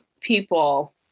people